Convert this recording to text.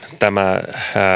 tämä